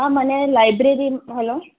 હા મને library hello